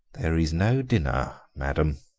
there is no dinner, madame,